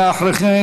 ואחרי כן,